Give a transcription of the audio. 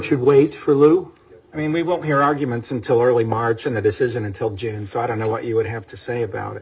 she wait for loop i mean we won't hear arguments until early march and the decision until june so i don't know what you would have to say about it